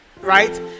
right